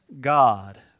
God